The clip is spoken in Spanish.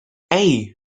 hey